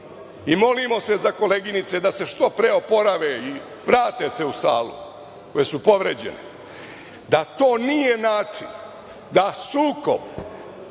i molimo se za koleginice da se što pre oporave i vrate se u salu, koje su povređene, da to nije način da sukob,